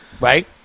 right